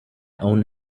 own